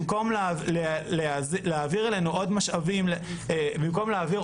במקום להעביר עוד משאבים לאכיפה,